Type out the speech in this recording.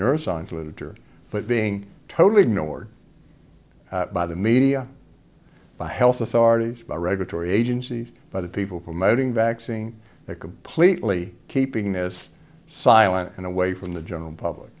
twitter but being totally ignored by the media by health authorities by regulatory agencies by the people promoting vaccine that completely keeping this silent and away from the general public